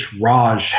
Raj